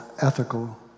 ethical